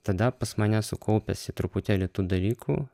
tada pas mane su kaupėsi truputėlį tų dalykų